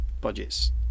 budgets